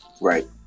right